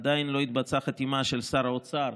עדיין לא התבצעה חתימה של שר האוצר,